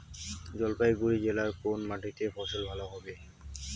জলপাইগুড়ি জেলায় কোন মাটিতে ফসল ভালো হবে?